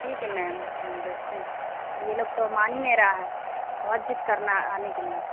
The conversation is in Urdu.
ٹھیک ہے میم ہم دیکھتے ہیں پر یہ لوگ تو مان ہی نہیں رہا ہے بہت ضد کرنا آنے کے لیے